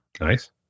Nice